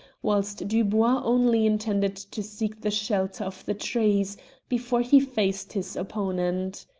whilst dubois only intended to seek the shelter of the trees before he faced his opponent.